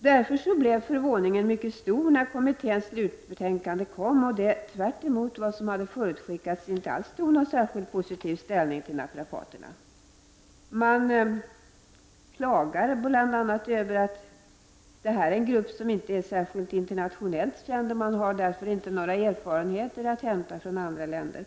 Därför blev förvåningen mycket stor när kommitténs slutbetänkande kom och kommittén, tvärtemot vad som förutskickats, inte alls tog någon särskilt positiv ställning till naprapaterna. Man klagade bl.a. över att detta är en grupp som inte är särskilt internationellt känd, och att man därför inte har några erfarenheter att hämta från andra länder.